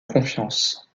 confiance